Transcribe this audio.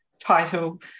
title